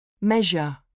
Measure